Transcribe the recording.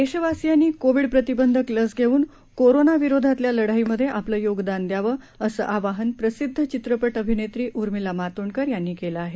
देशवासीयांनी कोविड प्रतिबंधक लस घेऊन कोरोना विरोधातल्या लढाईमध्ये आपलं योगदान द्यावं असं आवाहन प्रसिद्ध चित्रपट अभिनेत्री उर्मिला मातोंडकर यांनी केलं आहे